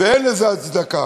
אין לזה הצדקה.